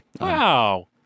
wow